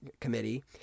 committee